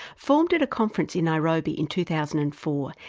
formed at a conference in nairobi in two thousand and four,